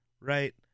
right